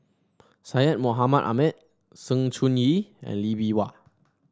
Syed Mohamed Ahmed Sng Choon Yee and Lee Bee Wah